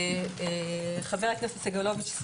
חבר הכנסת סגלוביץ',